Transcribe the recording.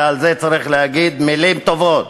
ועל זה צריך לומר מילים טובות.